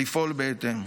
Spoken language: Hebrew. לפעול בהתאם.